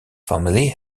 family